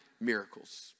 miracles